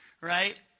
right